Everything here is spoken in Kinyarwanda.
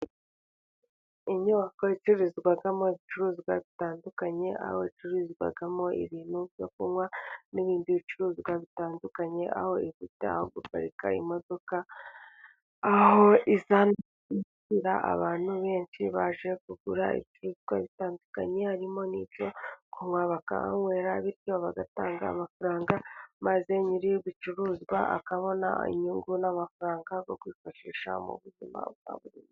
Inyubako icururizwamo ibicuruzwa bitandukanye aho icururizwamo ibintu byo kunywa n'ibindi bicuruzwa bitandukanye, ahaparika imodoka, aho inzira abantu benshi baje kugura ibicuruzwa bitandukanye harimo n'ibyo kunywa maze bakahanywera bityo bagatanga amafaranga maze nyiri'ibicuruzwa akabona inyungu n'amafaranga bakwifashisha mu buzima bwawe.